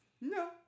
No